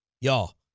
Y'all